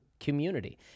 community